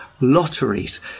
lotteries